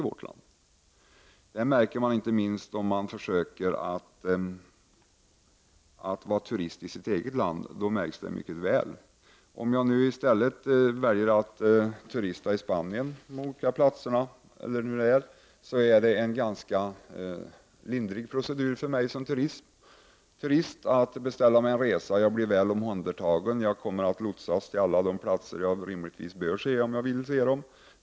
Detta märker man inte minst om man försöker vara turist i sitt eget land — då märks detta mycket väl. Om jag i stället väljer att turista i Spanien blir det för mig som turist fråga om en ganska lindrig procedur när jag skall beställa en resa. Jag blir väl omhändertagen, och jag kommer att lotsas till alla de platser jag rimligtvis bör se, om jag vill se dem.